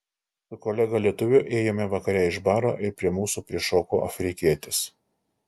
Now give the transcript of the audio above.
su kolega lietuviu ėjome vakare iš baro ir prie mūsų prišoko afrikietis